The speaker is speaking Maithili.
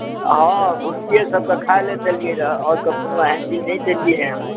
हँ भुस्सीयेसभ तऽ खाय ले देलियै रहए आओर तऽ कोनो एहन चीज नहि देलियै हेँ